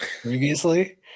previously